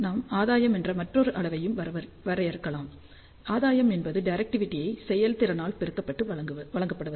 நாம் ஆதாயம் என்ற மற்றொரு அளவையும் வரையறுக்கலாம் ஆதாயம் என்பது டிரெக்டிவிடியை செயல்திறனால் பெருக்கப்பட்டு வழங்கப்படுவது